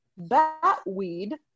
Batweed